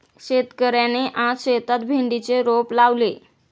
शेतकऱ्याने आज शेतात भेंडीचे रोप लावले